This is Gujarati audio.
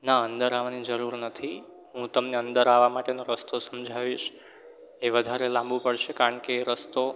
ના અંદર આવવાની જરૂર નથી હું તમને અંદર આવવા માટેનો રસ્તો સમજાવીશ એ વધારે લાંબુ પડશે કારણકે એ રસ્તો